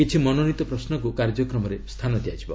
କିଛି ମନୋନୀତ ପ୍ରଶ୍ନକୁ କାର୍ଯ୍ୟକ୍ରମରେ ସ୍ଥାନ ଦିଆଯିବ